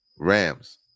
Rams